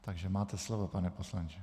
Takže máte slovo, pane poslanče.